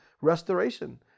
restoration